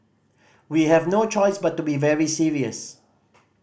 we have no choice but to be very serious